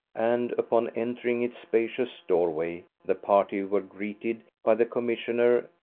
and upon entering its spacious doorway the party were greeted by the commissioner,